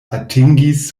atingis